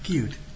Cute